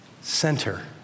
center